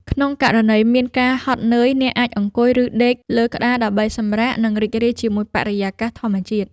ក្នុងករណីមានការហត់នឿយ អ្នកអាចអង្គុយ ឬដេកលើក្តារដើម្បីសម្រាក និងរីករាយជាមួយបរិយាកាសធម្មជាតិ។